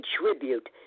contribute